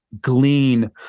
glean